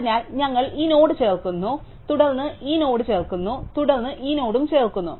അതിനാൽ ഞങ്ങൾ ഈ നോഡ് ചേർക്കുന്നു തുടർന്ന് ഞങ്ങൾ ഈ നോഡ് ചേർക്കുന്നു തുടർന്ന് ഞങ്ങൾ ഈ നോഡും ചേർക്കുന്നു